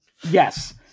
Yes